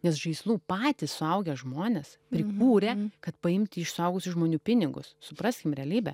nes žaislų patys suaugę žmonės prikūrė kad paimti iš suaugusių žmonių pinigus supraskim realybę